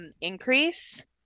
Increase